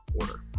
order